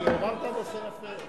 מה קשור עכשיו לנושא של האופוזיציה?